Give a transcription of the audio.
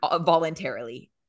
voluntarily